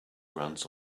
runs